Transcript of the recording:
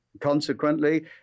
Consequently